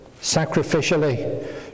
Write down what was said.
sacrificially